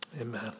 amen